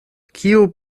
kiu